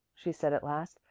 she said at last.